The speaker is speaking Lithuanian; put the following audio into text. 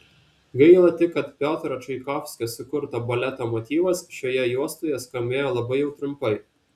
gaila tik kad piotro čaikovskio sukurto baleto motyvas šioje juostoje skambėjo labai jau trumpai